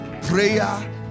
Prayer